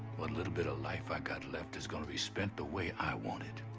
what little bit of life i've got left is going to be spent the way i want it.